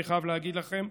אני חייב להגיד לכם,